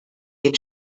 den